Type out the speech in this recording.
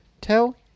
Tell